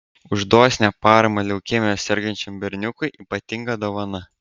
už dosnią paramą leukemija sergančiam berniukui ypatinga dovana